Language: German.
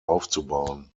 aufzubauen